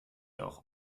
auch